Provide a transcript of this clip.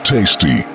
Tasty